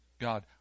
God